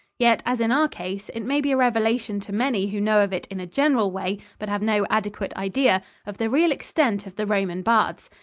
yet, as in our case, it may be a revelation to many who know of it in a general way but have no adequate idea of the real extent of the roman baths.